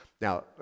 Now